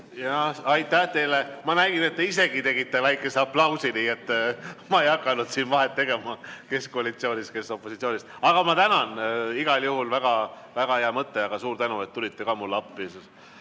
Aitäh teile! Ma nägin, et te isegi tegite väikese aplausi, nii et ma ei hakka siin vahet tegema, kes koalitsioonis, kes opositsioonis. Aga ma tänan, igal juhul väga hea mõte. Suur tänu, et tulite mulle appi!